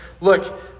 Look